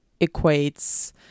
equates